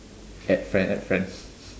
add friend add friend